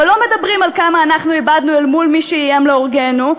אבל לא מדברים על כמה איבדנו מול מי שאיים להורגנו,